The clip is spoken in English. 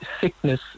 sickness